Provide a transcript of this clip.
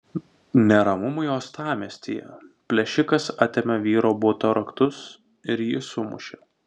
neramumai uostamiestyje plėšikas atėmė vyro buto raktus ir jį sumušė